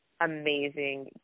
amazing